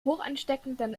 hochansteckenden